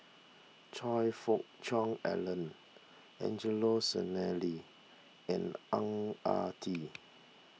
Choe Fook Cheong Alan Angelo Sanelli and Ang Ah Tee